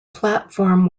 platform